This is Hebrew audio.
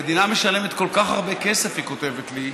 המדינה משלמת כל כך הרבה כסף, היא כותבת לי,